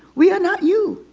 we are not you.